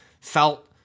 felt